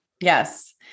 Yes